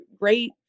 great